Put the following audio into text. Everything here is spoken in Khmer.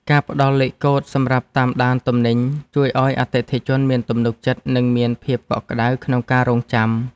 ការផ្តល់លេខកូដសម្រាប់តាមដានទំនិញជួយឱ្យអតិថិជនមានទំនុកចិត្ត និងមានភាពកក់ក្តៅក្នុងការរង់ចាំ។